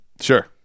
Sure